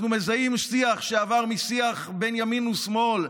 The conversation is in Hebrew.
אנחנו מזהים שיח שעבר משיח בין ימין ושמאל,